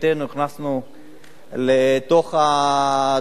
הכנסנו לתוך הדוח,